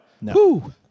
No